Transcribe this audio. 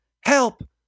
Help